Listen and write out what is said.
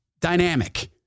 dynamic